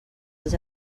els